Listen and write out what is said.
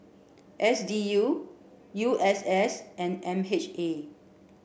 S D U U S S and M H A